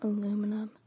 Aluminum